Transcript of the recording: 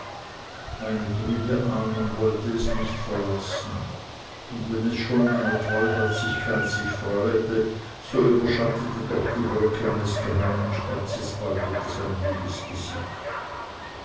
eine trübe ahnung wollte es nicht verlassen und wenn es schon meiner treuherzigkeit sich freute so überschattete doch die wolke eines geheimen schmerzes bald wieder sein